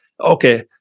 Okay